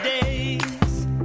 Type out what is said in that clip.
days